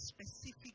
specific